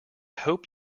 hope